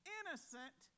innocent